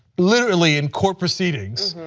literally in court proceedings,